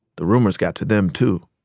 the rumors got to them too.